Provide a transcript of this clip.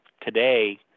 Today